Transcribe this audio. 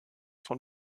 von